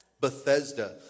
Bethesda